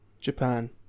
Japan